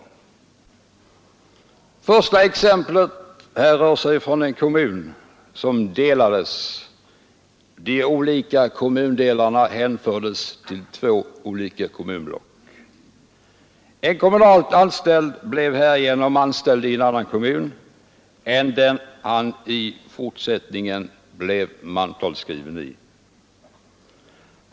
Det första exemplet härrör från en kommun som delades, varvid de olika kommundelarna hänfördes till två skilda kommunblock. En kommunalt anställd blev härigenom anställd i en annan kommun än den han i fortsättningen var mantalsskriven i.